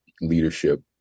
leadership